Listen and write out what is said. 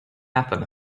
happen